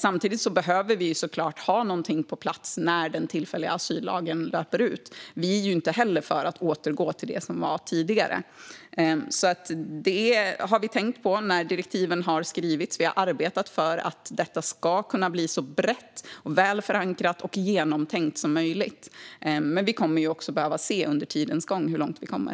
Samtidigt behöver något vara på plats när den tillfälliga asyllagen löper ut. Vi är inte heller för att återgå till det som gällde tidigare. Vi har tänkt på dessa frågor när direktiven har skrivits. Vi har arbetat för att lagen ska bli så bred, väl förankrad och genomtänkt som möjligt. Men vi kommer också att under tidens gång behöva se hur långt vi kommer.